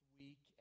week